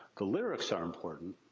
the lyrics are important,